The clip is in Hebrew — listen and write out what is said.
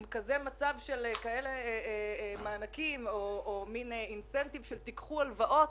עם כזה מצב של כאלה מענקים או אינסנטיב של "תיקחו הלוואות",